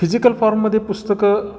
physical फॉर्ममध्ये पुस्तकं